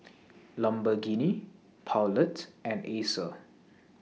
Lamborghini Poulet and Acer